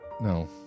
No